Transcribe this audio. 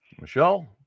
Michelle